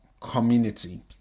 community